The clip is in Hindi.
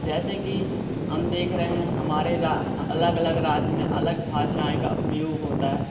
जैसे की हम देख रहे हैं हमारे अलग अलग राज्य में अलग भाषाएं का प्रयोग होता है